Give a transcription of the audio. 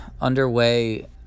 underway